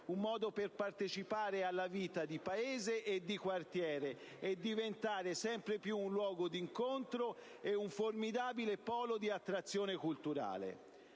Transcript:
un modo per partecipare alla vita di paese e di quartiere e per farlo diventare sempre più un luogo di incontro ed un formidabile polo di attrazione culturale.